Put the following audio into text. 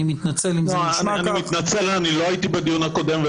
אני מתנצל אם זה נשמע כך.